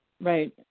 Right